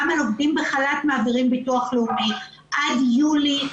גם לעובדים בחל"ת מעבירים ביטוח לאומי עד יולי.